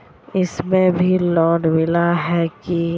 इसमें भी लोन मिला है की